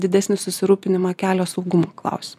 didesnį susirūpinimą kelia saugumo klausimai